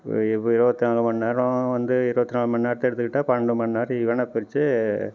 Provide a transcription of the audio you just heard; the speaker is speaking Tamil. வெ இப்போ இருவத்தி நாலு மணி நேரம் வந்து இருபத்தி நாலு மணி நேரத்தை எடுத்துக்கிட்டால் பன்னெண்டு மணி நேரம் ஈவனாக பிரித்து